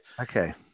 okay